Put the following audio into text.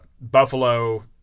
Buffalo